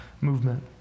movement